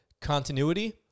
continuity